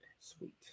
Sweet